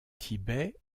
tibet